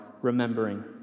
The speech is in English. remembering